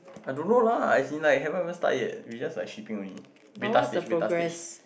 I don't know lah as in like haven't even start yet we just like shipping only beta stage beta stage